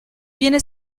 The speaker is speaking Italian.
viene